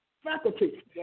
Faculty